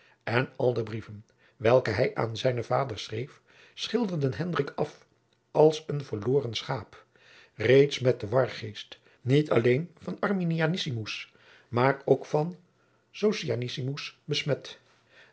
en al de brieven welke hij aan zijnen vader schreef schilderden hendrik af als een verloren schaap reeds met den wargeest niet alleen van arminianismus maar ook van socianismus besmet